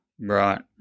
Right